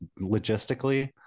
logistically